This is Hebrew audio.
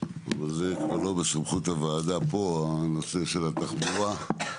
אבל זה כבר לא בסמכות הוועדה פה הנושא של התחבורה.